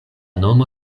nomo